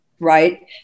Right